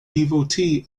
devotee